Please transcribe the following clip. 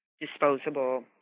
disposable